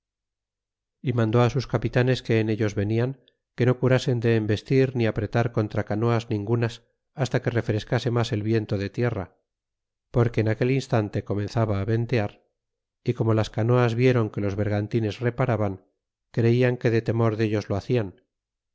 y mandó sus capitanes que en ellos venian que no curasen de embestir ni apretar contra canoas ningunas hasta que refrescase mas el viento de tierra porque en aquel instante comenzaba ventear y como las canoas viéron que los bergantines reparaban creian que de temor dellos lo hacian